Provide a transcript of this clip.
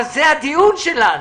אבל זה הדיון שלנו.